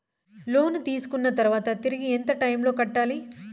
లోను తీసుకున్న తర్వాత తిరిగి ఎంత టైములో కట్టాలి